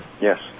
Yes